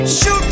Shoot